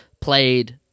played